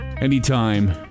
Anytime